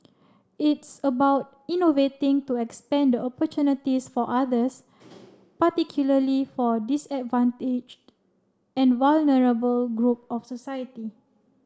it's about innovating to expand the opportunities for others particularly for disadvantaged and vulnerable group our society